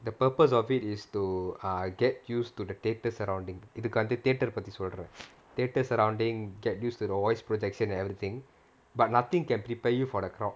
the purpose of it is to err get used to the theatre surrounding இதுக்கு:ithuku theatre பத்தி சொல்றேன்:pathi solraen theatre surrounding get used to the voice projection and everything but nothing can prepare you for the crowd